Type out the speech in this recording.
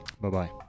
Bye-bye